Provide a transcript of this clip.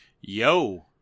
Yo